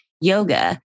yoga